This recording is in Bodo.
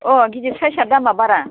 अह गिदिर साइसआ दामा बारा